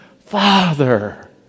father